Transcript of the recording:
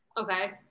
Okay